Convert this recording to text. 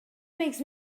makes